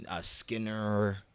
Skinner